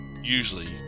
usually